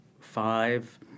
five